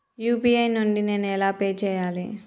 UPI నుండి నేను ఎలా పే చెయ్యాలి?